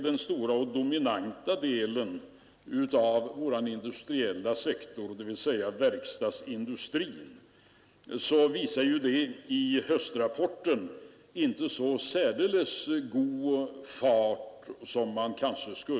Den stora och dominanta delen av vår industriella sektor, dvs. verkstadsindustrin, uppvisar enligt höstrapporten kanske inte en så särdeles god fart som man skulle önska.